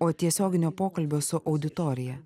o tiesioginio pokalbio su auditorija